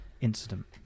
incident